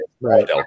Right